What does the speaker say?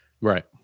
right